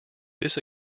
this